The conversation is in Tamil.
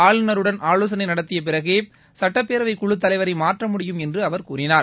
ஆளுநருடன் ஆலோசனை நடத்திய பிறகே சட்டப்பேரவைக்குழுத் தலைவரை மாற்ற முடியும் என்று அவர் கூறினார்